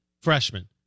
freshman